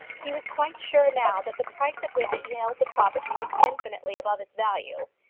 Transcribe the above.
he was quite sure now that the price at which he held the property was infinitely above its value.